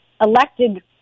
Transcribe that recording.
elected